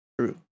True